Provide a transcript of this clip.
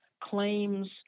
claims